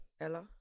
Ella